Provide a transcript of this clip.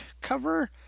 cover